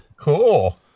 Cool